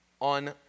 on